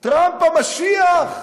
טראמפ המשיח,